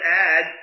add